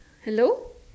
hello